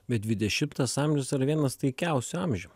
bet dvidešimtas amžius yra vienas taikiausių amžių